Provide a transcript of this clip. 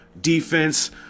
defense